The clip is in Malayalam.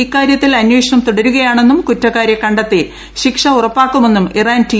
ഇക്കാരൃത്തിൽ അന്വേഷണം തുടരുകയാണെന്നും കുറ്റക്കാരെ കണ്ടെത്തി ശിക്ഷ ഉറപ്പാക്കുമെന്നും ഇറാന്റി ട്ടി